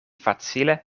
facile